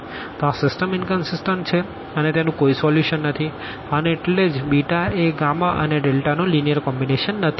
તો આ system inconsistent છે અને તેનું કોઈ સોલ્યુશન નથી અને એટલે જ એ અને નો લીનીઅર કોમ્બીનેશન નથી